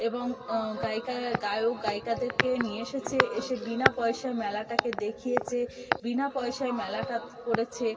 এবং গায়িকা গায়ক গায়িকাদেরকে নিয়ে এসেছে এসে বিনা পয়সায় মেলাটাকে দেখিয়েছে বিনা পয়সায় মেলাটা করেছে